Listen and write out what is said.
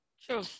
True